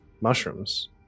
mushrooms